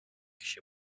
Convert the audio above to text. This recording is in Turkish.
kişi